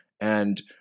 and-